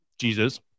Jesus